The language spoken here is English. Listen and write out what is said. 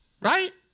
Right